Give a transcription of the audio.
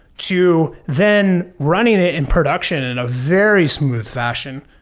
to then running it in production in a very smooth fashion,